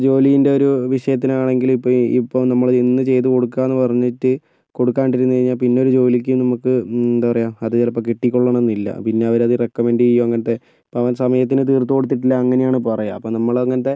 ജോലിൻ്റൊരു വിഷയത്തിനാണെങ്കില് ഇപ്പം ഈ ഇപ്പം നമ്മള് ഇന്ന് ചെയ്ത് കൊടുക്കാമെന്ന് പറഞ്ഞിട്ട് കൊടുക്കാണ്ടിരുന്നു കഴിഞ്ഞാൽ പിന്നൊരു ജോലിക്കും നമുക്ക് എന്താ പറയുക അത് ചിലപ്പോൾ കിട്ടിക്കൊള്ളണം എന്നില്ല പിന്നെ അവരത് റെക്കമെൻ്റ് ചെയ്യും അങ്ങനെത്തെ അപ്പോൾ അവൻ സമയത്തിനു തീർത്തു കൊടുത്തിട്ടില്ല അങ്ങനെയാണ് പറയുക അപ്പം നമ്മളില് അങ്ങനത്തെ